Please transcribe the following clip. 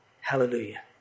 Hallelujah